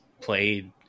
played